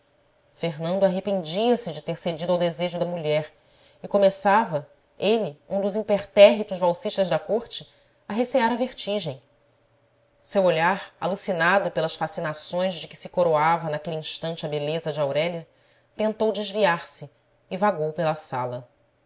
arrependia-se de ter cedido ao desejo da mulher e começava ele um dos impertérritos valsistas da corte a recear a vertigem seu olhar alucinado pelas fascinações de que se coroava naquele instante a beleza de aurélia tentou desviar se e vagou pela sala